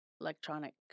electronic